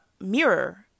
mirror